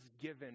given